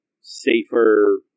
safer